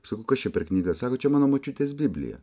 sakau kas čia per knyga sako čia mano močiutės biblija